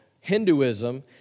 Hinduism